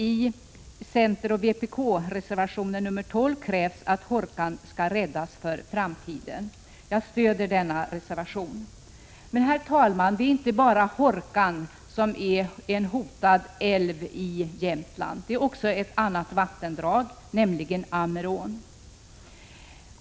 I centeroch vpkreservationen nr 12 kräver man att Hårkan skall räddas för framtiden. Jag stöder denna reservation. Men, herr talman, det är inte bara Hårkan som är en hotad älv i Jämtland. Också ett annat vattendrag är hotat, nämligen Ammerån.